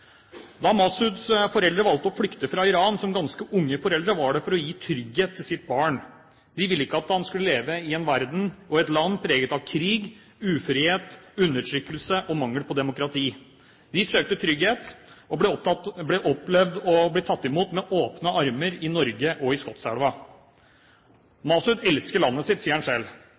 Da Masuds foreldre valgte å flykte fra Iran som ganske unge foreldre, var det for å gi trygghet til sitt barn. De ville ikke at han skulle leve i en verden og i et land preget av krig, ufrihet, undertrykkelse og mangel på demokrati. De søkte trygghet, og opplevde å bli tatt imot med åpne armer i Norge og i Skotselv. Masud elsker landet sitt, sier han selv.